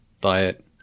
diet